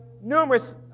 numerous